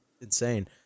insane